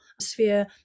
sphere